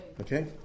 Okay